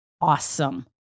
awesome